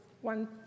one